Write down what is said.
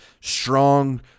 strong